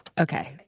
okay.